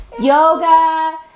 yoga